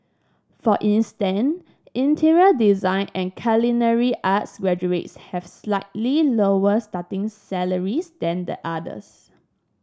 for instance interior design and culinary arts graduates have slightly lower starting salaries than the others